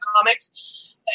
comics